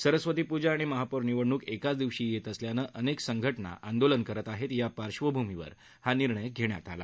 सरस्वती पूजा आणि महापौर निवडणूक एकाच दिवशी येत असल्यानं अनेक संघटनां आंदोलन करत आहेत या पार्श्वभूमीवर हा निर्णय घेण्यात आला आहे